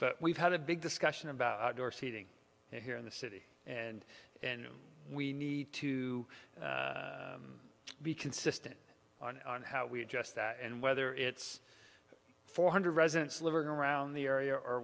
but we've had a big discussion about outdoor seating here in the city and and we need to be consistent in how we address that and whether it's four hundred residents living around the area or